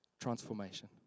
transformation